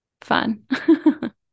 fun